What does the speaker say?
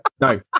No